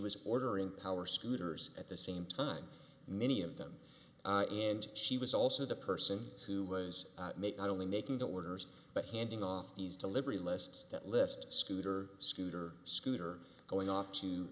was ordering power scooters at the same time many of them and she was also the person who was not only making the orders but handing off these delivery lists that list scooter scooter scooter going off to